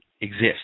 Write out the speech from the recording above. exist